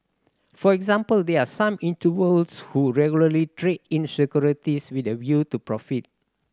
for example there are some individuals who regularly trade in securities with a view to profit